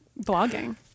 blogging